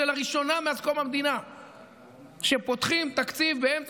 לראשונה מאז קום המדינה פותחים תקציב באמצע